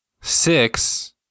six